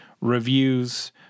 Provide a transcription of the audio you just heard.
reviews